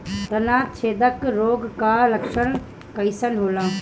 तना छेदक रोग का लक्षण कइसन होला?